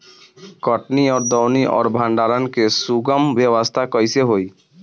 कटनी और दौनी और भंडारण के सुगम व्यवस्था कईसे होखे?